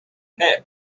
hey